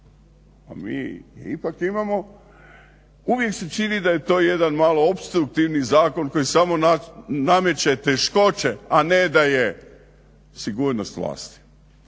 a mi ipak imamo, uvijek se čini da je to jedan malo opstruktivni zakon koji samo nameće teškoće, a ne daje sigurnost vlasti.